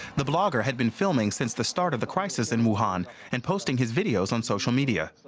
the blogger had been filming since the start of the crisis in wuhan and posting his videos on social media.